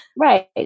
Right